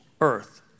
earth